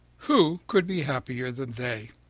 who could be happier than they?